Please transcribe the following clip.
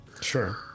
Sure